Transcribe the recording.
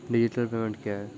Digital payment क्या हैं?